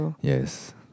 Yes